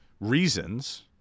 reasons